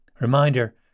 Reminder